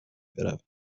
بروم